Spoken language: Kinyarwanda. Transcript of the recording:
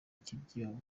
ikibyimba